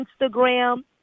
Instagram